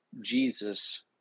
Jesus